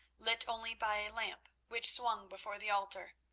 lit only by a lamp which swung before the altar.